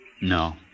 No